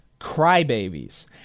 crybabies